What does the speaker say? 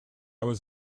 was